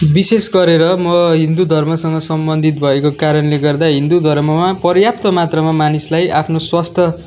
विशेष गरेर म हिन्दू धर्मसँग सम्बन्धित भएको कारणले गर्दा हिन्दू धर्ममा पर्याप्त मात्रामा मानिसलाई आफ्नो स्वास्थ्य